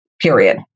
period